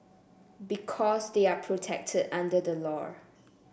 because they are protected under the law